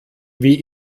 wie